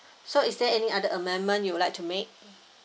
so is there any other amendment you would like to make